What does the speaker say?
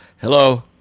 Hello